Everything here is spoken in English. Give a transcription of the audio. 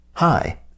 Hi